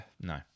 No